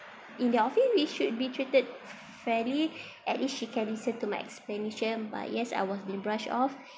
in the office we should be treated fairly at least she can listen to my explanation but yes I was been brush off